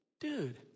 Dude